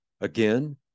Again